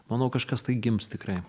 manau kažkas tai gims tikrai